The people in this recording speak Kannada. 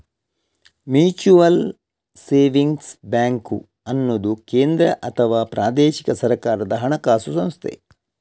ಮ್ಯೂಚುಯಲ್ ಸೇವಿಂಗ್ಸ್ ಬ್ಯಾಂಕು ಅನ್ನುದು ಕೇಂದ್ರ ಅಥವಾ ಪ್ರಾದೇಶಿಕ ಸರ್ಕಾರದ ಹಣಕಾಸು ಸಂಸ್ಥೆ